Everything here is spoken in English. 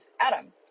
Adam